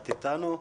את איתנו?